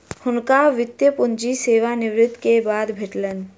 हुनका वृति पूंजी सेवा निवृति के बाद भेटलैन